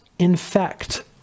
infect